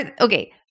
Okay